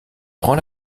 prend